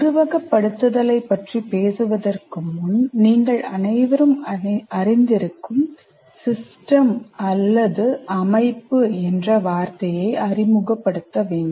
உருவகப்படுத்துதலைப் பற்றி பேசுவதற்கு முன் நீங்கள் அனைவரும் அறிந்திருக்கும் 'சிஸ்டம்' அல்லது அமைப்பு என்ற வார்த்தையை அறிமுகப்படுத்த வேண்டும்